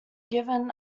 given